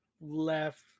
left